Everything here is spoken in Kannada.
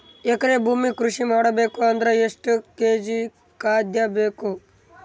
ಎಕರೆ ಭೂಮಿ ಕೃಷಿ ಮಾಡಬೇಕು ಅಂದ್ರ ಎಷ್ಟ ಕೇಜಿ ಖಾದ್ಯ ಬೇಕು?